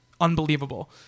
unbelievable